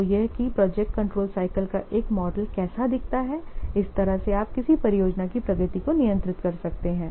तो यह है कि प्रोजेक्ट कंट्रोल साइकल का एक मॉडल कैसा दिखता है इस तरह से आप किसी परियोजना की प्रगति को नियंत्रित कर सकते हैं